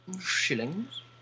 shillings